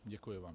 Děkuji vám.